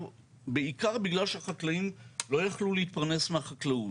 בעיקר בגלל שהחקלאים לא יכלו להתפרנס מהחקלאות.